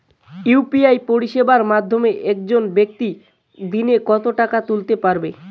UPI পরিষেবার মাধ্যমে একজন ব্যাক্তি দিনে কত টাকা তুলতে পারবে?